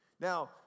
now